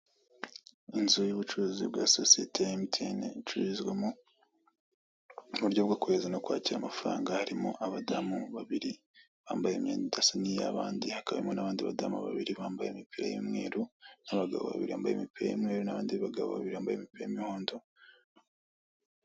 Inzu y'ubucuruzi bwa sosiyete ya MTN icururizwamo uburyo bwo kohereza no kwakira amafaranga, harimo abadamu babiri bambaye imyenda idasa n'iyabandi, hakabamo n'abandi badamu babiri bambaye imipira y'umweru n'abagabo babiri bambaye imipira y'umweru n'abandi bagabo babiri bambaye imipira y'imihondo.